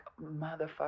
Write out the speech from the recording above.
motherfucker